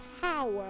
power